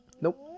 Nope